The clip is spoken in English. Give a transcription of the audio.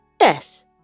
yes